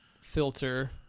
filter